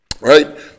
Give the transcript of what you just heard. right